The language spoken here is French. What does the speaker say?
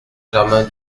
germain